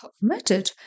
committed